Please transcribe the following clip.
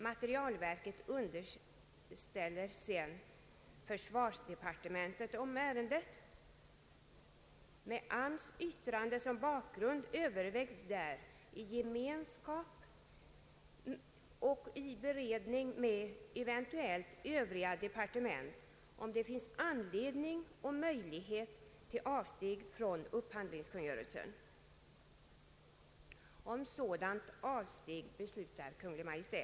Materielverket underställer sedan försvarsdepartementet ärendet. Med arbetsmarknadsstyrelsens yttrande som bakgrund övervägs där i gemenskap och i beredning med eventuellt övriga departement om det finns anledning och möjlighet till avsteg från upphandlingskungörelsen. Om sådant avsteg beslutar Kungl. Maj:t.